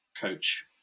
coach